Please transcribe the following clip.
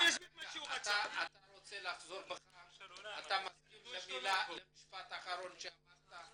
אתה רוצה לחזור בך, אתה מסכים למשפט האחרון שאמרת?